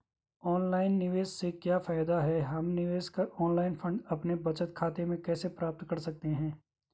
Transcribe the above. Online निवेश से क्या फायदा है हम निवेश का ऑनलाइन फंड अपने बचत खाते में कैसे प्राप्त कर सकते हैं?